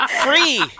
Free